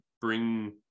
bring